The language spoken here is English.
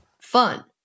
fun